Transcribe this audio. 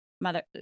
mother